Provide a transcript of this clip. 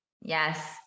Yes